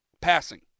Passing